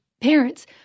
parents